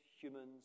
humans